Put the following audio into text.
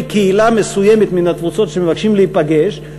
קהילה מסוימת מן התפוצות שמבקשים להיפגש,